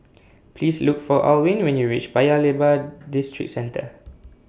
Please Look For Alwine when YOU REACH Paya Lebar Districentre